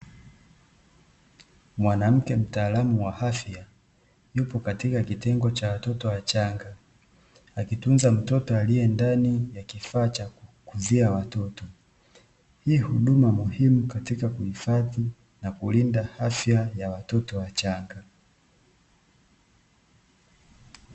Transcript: Mwanamke mtaalamu wa afya, yupo katika kitengo cha watoto wachanga, akitunza mtoto aliye ndani ya kifaa cha kukuzia watoto. Hii huduma muhimu katika kuhifadhi na kulinda afya ya watoto wachanga.